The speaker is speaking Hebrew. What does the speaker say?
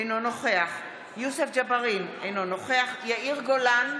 אינו נוכח יוסף ג'בארין, אינו נוכח יאיר גולן,